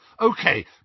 Okay